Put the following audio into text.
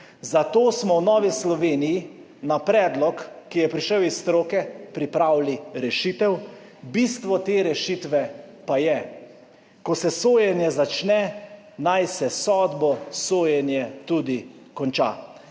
Zato smo v Novi Sloveniji na predlog, ki je prišel iz stroke, pripravili rešitev. Bistvo te rešitve pa je, ko se sojenje začne, naj se s sodbo sojenje tudi konča.